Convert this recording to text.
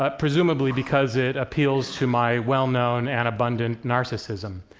ah presumably because it appeals to my well-known and abundant narcissism.